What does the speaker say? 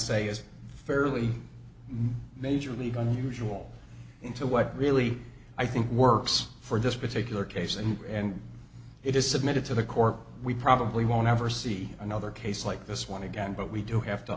say is a fairly major league unusual into what really i think works for this particular case and it is submitted to the court we probably won't ever see another case like this one again but we do have to